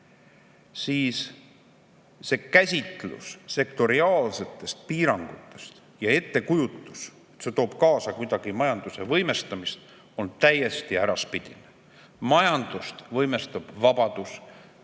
Selline käsitlus sektoriaalsetest piirangutest ja ettekujutus, et see toob kaasa majanduse võimestamist, on täiesti äraspidine. Majandust võimestab vabadus,